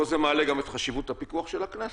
פה זה מעלה גם את חשיבות הפיקוח של הכנסת,